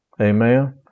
Amen